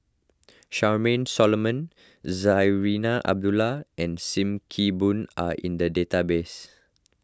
Charmaine Solomon Zarinah Abdullah and Sim Kee Boon are in the database